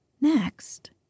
Next